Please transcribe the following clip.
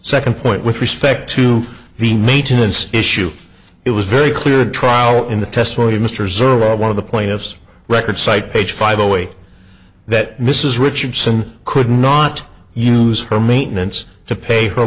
second point with respect to the maintenance issue it was very clear a trial in the testimony of mr zero one of the plaintiff's records cite page five a way that mrs richardson could not use her maintenance to pay her